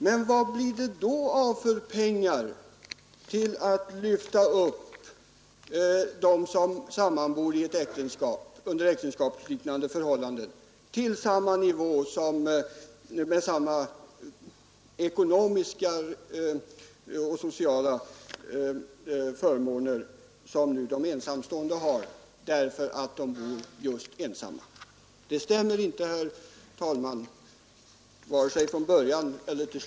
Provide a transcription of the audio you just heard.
Men vad blir det då för pengar att använda för att lyfta upp dem som sammanbor under äktenskapsliknande förhållanden, så att de får samma ekonomiska och sociala förmåner som de ensamstående nu har just därför att de bor ensamma? Resonemanget stämmer ju inte vare sig i början eller i slutet.